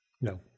No